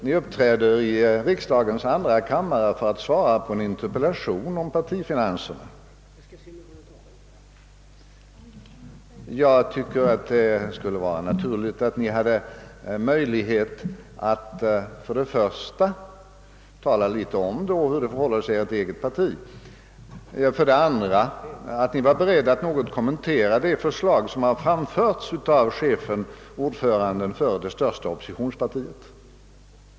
Ni uppträder i riksdagens andra kammare för att svara på en interpellation om partifinanserna. Det borde då vara naturligt, för det första att Ni skaffade Er möjlighet att tala litet om hur det förhåller sig inom Ert eget parti, för det andra att Ni var beredd att något kommentera det förslag som har framförts av ordföranden för det största oppositionspartiet.